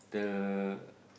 the